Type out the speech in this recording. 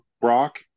Brock